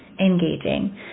engaging